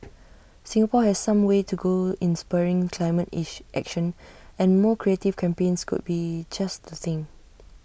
Singapore has some way to go in spurring climate action and more creative campaigns could be just the thing